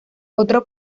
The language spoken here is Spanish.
otro